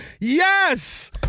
Yes